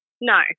No